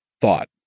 thought